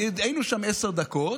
היינו שם עשר דקות,